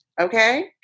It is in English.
okay